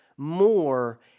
more